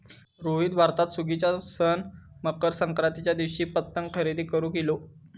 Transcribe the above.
रोहित भारतात सुगीच्या सण मकर संक्रांतीच्या दिवशी पतंग खरेदी करून इलो